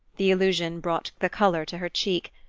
the allusion brought the colour to her cheek,